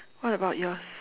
what about yours